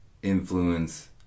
influence